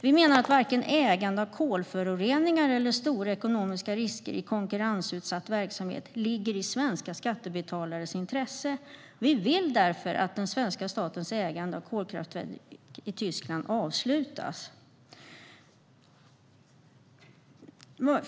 Vi menar att varken ägande av kolföroreningar eller stora ekonomiska risker i konkurrensutsatt verksamhet ligger i svenska skattebetalares intresse. Vi vill därför att den svenska statens ägande av kolkraftverk i Tyskland avslutas.